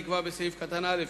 נקבע בסעיף קטן (א),